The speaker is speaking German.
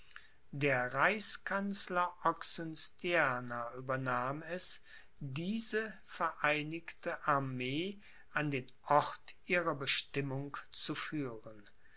der reichskanzler oxenstierna übernahm es diese vereinigte armee an den ort ihrer bestimmung zu führen